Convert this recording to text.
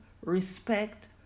respect